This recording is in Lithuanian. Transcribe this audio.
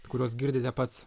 kuriuos girdite pats